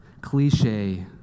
cliche